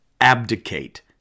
abdicate